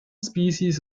species